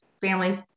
family